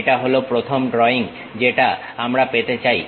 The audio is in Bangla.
এটা হল প্রথম ড্রয়িং যেটা আমরা পেতে চাই